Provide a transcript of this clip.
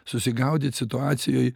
susigaudyt situacijoj